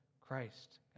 Christ